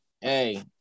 Hey